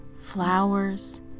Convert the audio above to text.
flowers